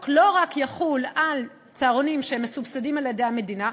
לא רק יחול על צהרונים שמסובסדים על-ידי המדינה,